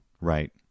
Right